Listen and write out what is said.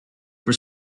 for